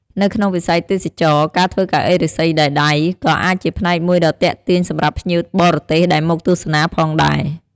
នៅក្នុងវិស័យទេសចរណ៍ ការធ្វើកៅអីឫស្សីដោយដៃ ក៏អាចជាផ្នែកមួយដ៏ទាក់ទាញសម្រាប់ភ្ញៀវបរទេសដែលមកទស្សនាផងដែរ។